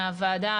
מהוועדה,